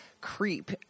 creep